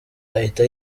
ahita